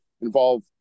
involve